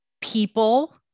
people